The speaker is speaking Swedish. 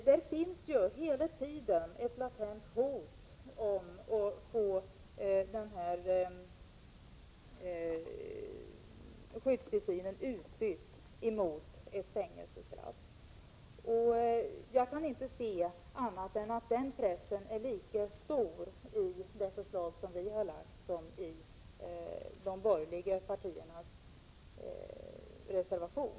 Det finns ju hela tiden ett latent hot om att få skyddstillsynen utbytt mot ett fängelsestraff. Jag kan inte se annat än att den pressen är lika stor i det förslag som vi har lagt fram som i de borgerliga partiernas reservation.